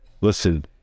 Listen